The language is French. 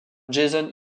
jason